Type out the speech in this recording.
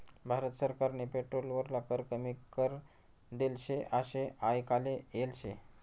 भारत सरकारनी पेट्रोल वरला कर कमी करी देल शे आशे आयकाले येल शे